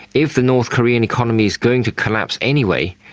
if the north korean economy is going to collapse anyway,